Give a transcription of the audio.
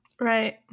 Right